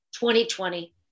2020